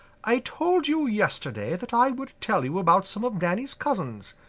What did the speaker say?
i told you yesterday that i would tell you about some of danny's cousins,